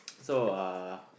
so uh